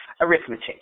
arithmetic